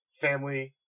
family